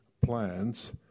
plans